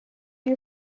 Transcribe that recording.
you